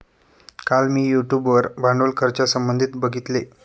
काल मी यूट्यूब वर भांडवल खर्चासंबंधित बघितले